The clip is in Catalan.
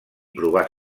provar